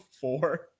four